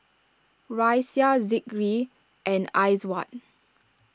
Raisya Zikri and Aizat